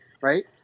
right